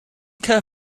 care